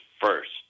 first